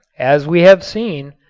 as we have seen,